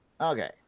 Okay